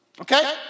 okay